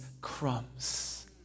crumbs